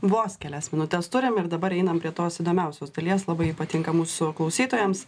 vos kelias minutes turim ir dabar einam prie tos įdomiausios dalies labai patinka mūsų klausytojams